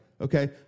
okay